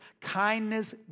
kindness